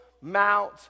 mount